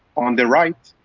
on the right,